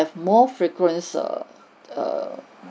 have more frequent err err